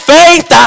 faith